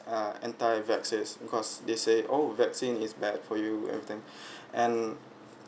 uh entire vexes because they say all vaccine is bad for you everything and